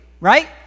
right